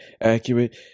accurate